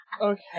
Okay